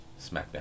SmackDown